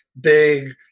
big